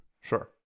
Sure